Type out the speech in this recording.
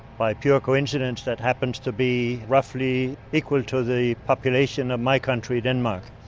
by pure coincidence that happens to be roughly equal to the population of my country, denmark.